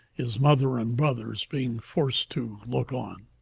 his mother and brothers being forced to look on.